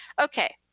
Okay